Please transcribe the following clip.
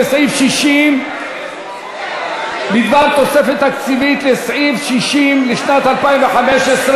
60 בדבר תוספת תקציבית לסעיף 60 לשנת 2015,